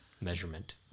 Measurement